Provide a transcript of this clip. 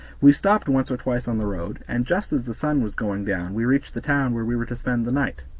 we stopped once or twice on the road, and just as the sun was going down we reached the town where we were to spend the night.